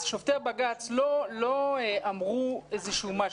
שופטי בג"צ לא אמרו איזשהו משהו.